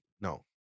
no